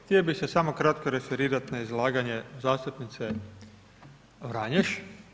Htio bi se samo kratko referirati na izlaganje zastupnice Vranješ.